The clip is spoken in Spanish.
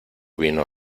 vino